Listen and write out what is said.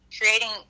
creating